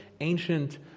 ancient